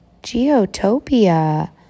Geotopia